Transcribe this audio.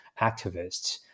activists